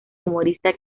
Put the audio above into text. humorista